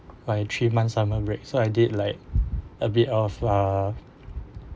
by three months I'm on break so I did like a bit of uh